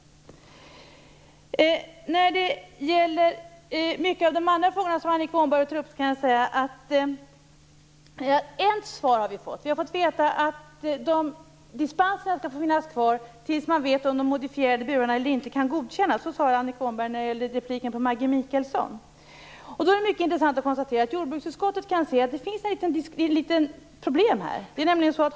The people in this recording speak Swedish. När det gäller många av de övriga frågor som Annika Åhnberg tog upp kan jag säga att vi har fått ett svar. Vi har nämligen fått veta att dispenserna skall få finnas kvar tills man vet om modifierade burar kan godkännas eller inte. Det är vad Annika Åhnberg sade i en replik till Maggi Mikaelsson. Jordbruksutskottet kan se ett litet problem här.